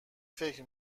فکر